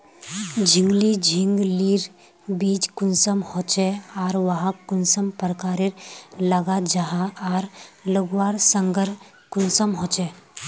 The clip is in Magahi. झिंगली झिंग लिर बीज कुंसम होचे आर वाहक कुंसम प्रकारेर लगा जाहा आर लगवार संगकर कुंसम होचे?